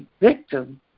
victim